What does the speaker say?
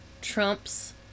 trumps